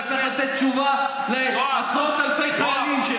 אתה צריך לתת תשובה לעשרות אלפי חיילים,